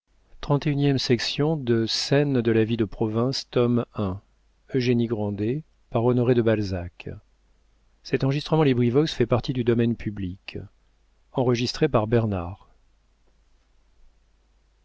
de scène de la vie de province tome i author honoré de balzac